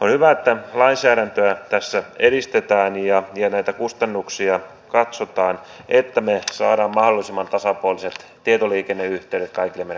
on hyvä että lainsäädäntöä tässä edistetään ja näitä kustannuksia katsotaan että me saamme mahdollisimman tasapuoliset tietoliikenneyhteydet kaikille meidän kansalaisillemme